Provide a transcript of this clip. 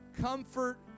comfort